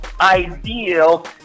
ideal